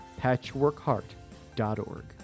patchworkheart.org